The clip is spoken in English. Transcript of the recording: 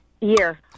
Year